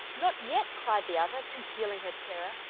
not yet, cried the other, concealing her terror,